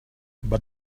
but